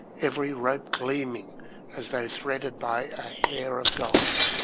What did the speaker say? every rope gleaming as though threaded by a hair of gold,